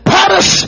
Paris